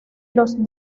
los